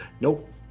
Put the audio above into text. Nope